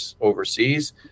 overseas